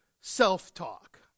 self-talk